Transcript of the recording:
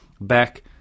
back